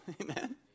Amen